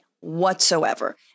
whatsoever